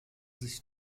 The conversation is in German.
sich